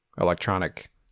electronic